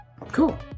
Cool